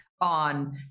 On